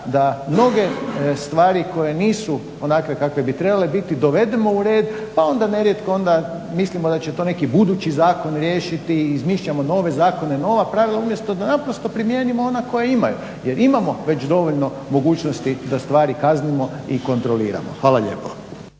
da mnoge stvari koje nisu onakve kakve bi trebale biti dovedemo u red pa onda nerijetko mislimo da će to neki budući zakon riješiti i izmišljamo nove zakone, nova pravila umjesto da primijenimo ona koja imamo. Jer imamo već dovoljno mogućnosti da stvari kaznimo i kontroliramo. Hvala lijepo.